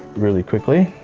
really quickly.